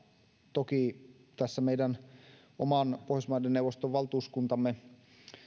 toki tässä meidän oman pohjoismaiden neuvoston valtuuskuntamme